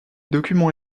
documents